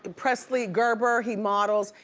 presley gerber, he models.